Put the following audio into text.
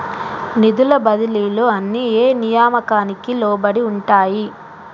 నిధుల బదిలీలు అన్ని ఏ నియామకానికి లోబడి ఉంటాయి?